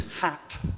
hat